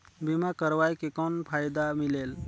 बीमा करवाय के कौन फाइदा मिलेल?